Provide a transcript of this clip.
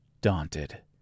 daunted